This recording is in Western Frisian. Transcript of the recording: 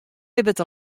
libbet